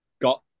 got